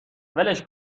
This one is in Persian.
ولش